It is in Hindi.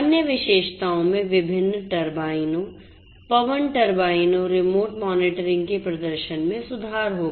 अन्य विशेषताओं में विभिन्न टर्बाइनों पवन टरबाइनों रिमोट मॉनिटरिंग के प्रदर्शन में सुधार होगा